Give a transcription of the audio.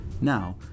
Now